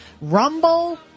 Rumble